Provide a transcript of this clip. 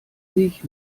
sich